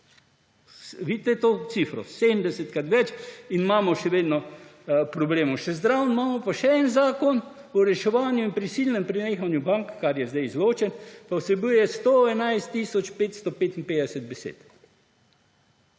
vidite to cifro? 70-krat več in imamo še vedno probleme. Zraven imamo pa še en zakon, o reševanju in prisilnem prenehanju bank, kar je zdaj izločeno, ki pa vsebuje 111 tisoč 555 besed.